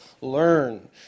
learn